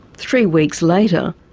three weeks later,